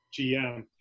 GM